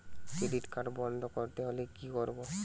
Credit card বন্ধ করতে হলে কি করব?